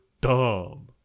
dumb